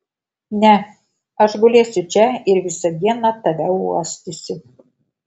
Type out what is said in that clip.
ne aš gulėsiu čia ir visą dieną tave uostysiu